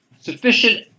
sufficient